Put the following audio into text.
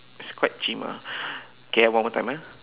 it's quite chim ah okay ah one more time ah